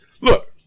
Look